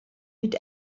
mit